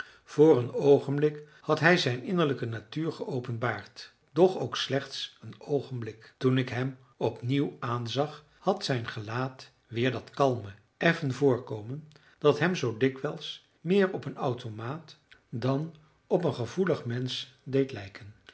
voor een oogenblik had hij zijn innerlijke natuur geopenbaard doch ook slechts een oogenblik toen ik hem opnieuw aanzag had zijn gelaat weer dat kalme effen voorkomen dat hem zoo dikwijls meer op een automaat dan op een gevoelig mensch deed gelijken